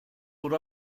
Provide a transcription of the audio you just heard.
what